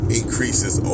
increases